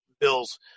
bills